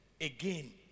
again